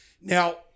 Now